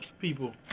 people